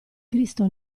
cristo